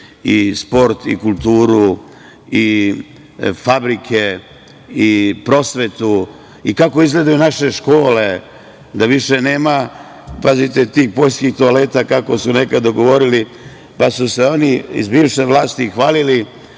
i sport i kulturu i fabrike i prosvetu i kako izgledaju naše škole, više nema, pazite, tih poljskih toaleta, kako su nekada govorili, pa su se oni iz bivše vlasti hvalili,